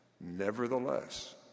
Nevertheless